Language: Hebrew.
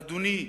אדוני,